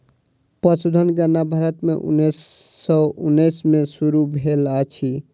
पशुधन गणना भारत में उन्नैस सौ उन्नैस में शुरू भेल अछि